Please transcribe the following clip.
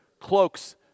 cloaks